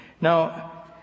Now